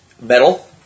metal